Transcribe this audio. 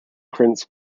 prince